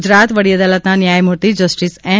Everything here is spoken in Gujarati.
ગુજરાત વડી અદાલતના ન્યાયમૂર્તિ જસ્ટીસ એન